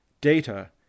Data